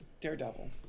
Daredevil